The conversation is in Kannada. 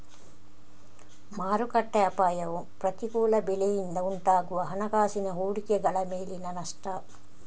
ಮಾರುಕಟ್ಟೆ ಅಪಾಯವು ಪ್ರತಿಕೂಲ ಬೆಲೆಯಿಂದ ಉಂಟಾಗುವ ಹಣಕಾಸಿನ ಹೂಡಿಕೆಗಳ ಮೇಲಿನ ನಷ್ಟ